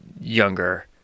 younger